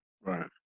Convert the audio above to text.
Right